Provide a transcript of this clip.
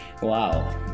Wow